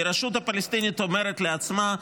כי הרשות הפלסטינית אומרת לעצמה: